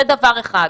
זה דבר אחד.